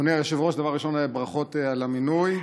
אדוני היושב-ראש, דבר ראשון, ברכות על המינוי.